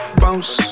bounce